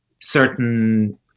certain